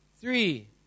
three